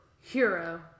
hero